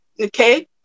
okay